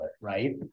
right